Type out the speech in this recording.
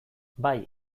bai